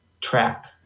trap